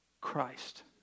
Christ